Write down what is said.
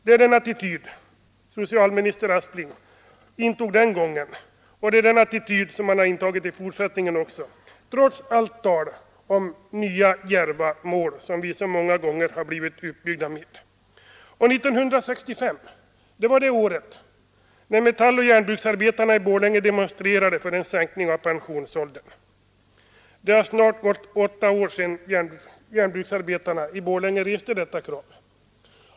Det är den attityd socialminister Aspling intog den gången, och det är den attityd han intagit också i fortsättningen, trots allt tal om nya djärva mål, som vi så många gånger har blivit uppbyggda med. 1965 var det år när metalloch järnbruksarbetarna i Borlänge demonstrerade för en sänkning av pensionsåldern. Det har snart gått åtta år sedan järnbruksarbetarna i Borlänge reste detta krav.